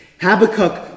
Habakkuk